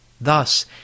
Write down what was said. Thus